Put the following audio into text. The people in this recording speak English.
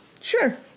Sure